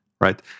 right